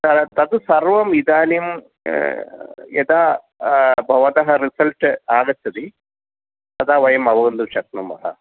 तद् सर्वम् इदानीं यदा भवतः रिसल्ट् आगच्छति तदा वयम् अवगन्तुं शक्नुमः